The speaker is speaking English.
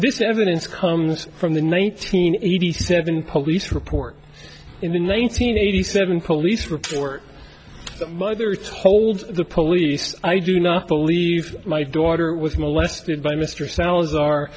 this evidence comes from the nineteen eighty seven police report in the nine hundred eighty seven police report that mother told the police i do not believe my daughter was molested by mr sala